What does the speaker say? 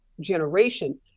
generation